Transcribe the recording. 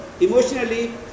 emotionally